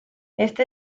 este